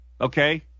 Okay